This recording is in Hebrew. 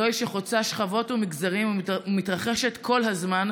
היא חוצה שכבות ומגזרים ומתרחשת כל הזמן,